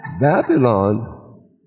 Babylon